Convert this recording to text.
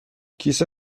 کیسه